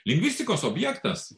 lingvistikos objektas